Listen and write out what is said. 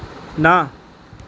ਨਾ